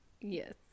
Yes